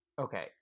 okay